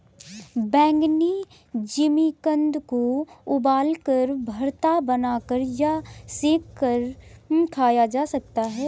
बैंगनी जिमीकंद को उबालकर, भरता बनाकर या सेंक कर खाया जा सकता है